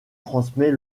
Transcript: transmet